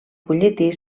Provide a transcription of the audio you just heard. butlletí